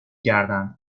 گردن